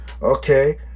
okay